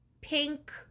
pink